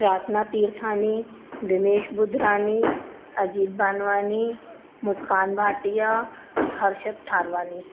प्रार्थना तिरथानी दिनेश बुधरानी अजित बानवानी मुस्कान भाटिया हर्षत थारवानी